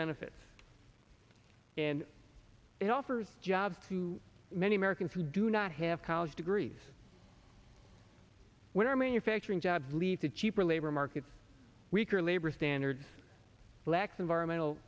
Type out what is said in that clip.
benefits and it offers jobs to many americans who do not have college degrees when our manufacturing jobs lead to cheaper labor markets weaker labor standards lacks environmental